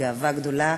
גאווה גדולה.